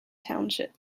township